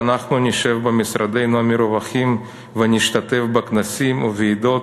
ואנחנו נשב במשרדינו המרווחים ונשתתף בכנסים ובוועידות